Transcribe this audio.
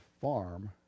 farm